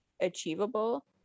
achievable